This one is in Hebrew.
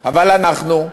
אבל אנחנו,